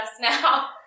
now